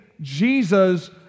Jesus